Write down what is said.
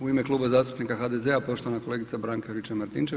U ime Kluba zastupnika HDZ-a poštovana kolegica Branka Juričev-Martinčev.